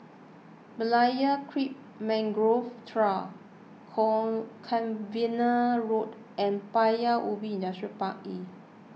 Berlayer Creek Mangrove Trail Cavenagh Road and Paya Ubi Industrial Park E